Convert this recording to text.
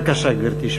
בבקשה, גברתי.